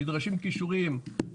נדרשים כישורים,